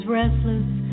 restless